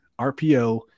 RPO